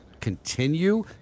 continue